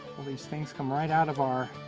all these things come right out of our